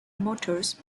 motors